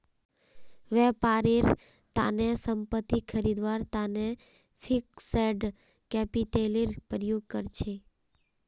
व्यापारेर तने संपत्ति खरीदवार तने फिक्स्ड कैपितलेर प्रयोग कर छेक